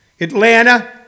Atlanta